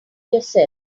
yourself